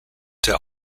der